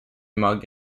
mug